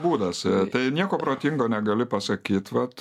būdas tai nieko protingo negali pasakyt vat